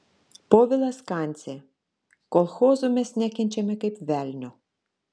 povilas kancė kolchozų mes nekenčiame kaip velnio